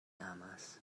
amas